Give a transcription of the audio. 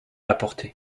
apporté